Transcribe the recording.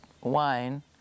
wine